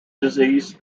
disease